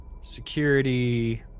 security